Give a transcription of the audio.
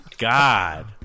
God